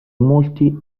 molti